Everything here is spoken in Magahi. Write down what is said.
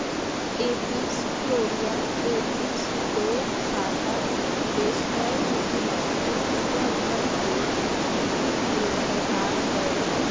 Apis florea, Apis dorsata, western मधुमक्खी दुनिया भर के मधुमक्खी के प्रकार हय